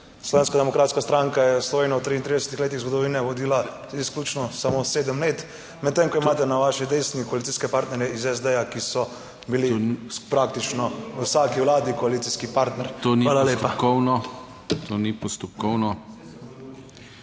Slovenska demokratska stranka je Slovenijo v 33 letih zgodovine vodila izključno samo sedem let, medtem ko imate na vaši desni koalicijske partnerje iz SD, ki so bili praktično v vsaki vladi koalicijski partner. Hvala lepa. PODPREDSEDNIK DANIJEL KRIVEC: To ni postopkovno.